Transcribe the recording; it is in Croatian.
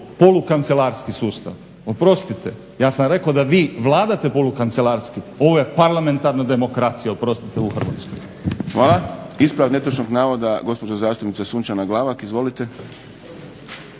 polu kancelarski sustav, oprostite ja sam rekao da vi vladate polu kancelarski. Ovo je parlamentarna demokracija, oprostite u Hrvatskoj.